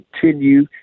continue